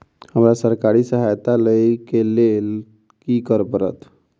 हमरा सरकारी सहायता लई केँ लेल की करऽ पड़त?